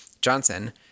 Johnson